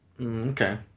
Okay